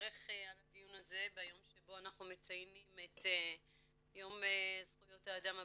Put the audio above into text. לברך על הדיון הזה ביום שאנחנו מציינים את יום זכויות האדם הבינלאומי.